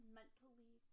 mentally